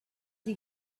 dix